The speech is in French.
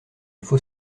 faut